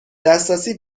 دسترسی